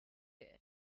good